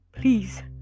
Please